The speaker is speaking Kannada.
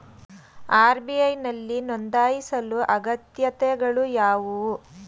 ಆರ್.ಬಿ.ಐ ನಲ್ಲಿ ನೊಂದಾಯಿಸಲು ಅಗತ್ಯತೆಗಳು ಯಾವುವು?